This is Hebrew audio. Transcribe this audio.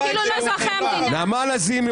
שהיו --- נעמה לזימי,